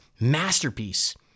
masterpiece